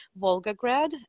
Volgograd